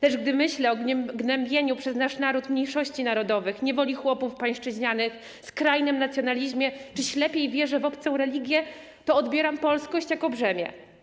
Lecz gdy myślę o gnębieniu przez nasz naród mniejszości narodowych, o niewoli chłopów pańszczyźnianych, skrajnym nacjonalizmie czy ślepej wierze w obcą religię, to odbieram polskość jako brzemię.